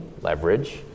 leverage